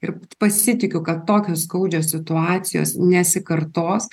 ir pasitikiu kad tokios skaudžios situacijos nesikartos